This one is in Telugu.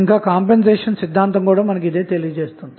ఇంకా కంపెన్సేషన్ సిద్ధాంతం కూడా అదే చెబుతుంది